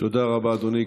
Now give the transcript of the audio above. תודה רבה, אדוני.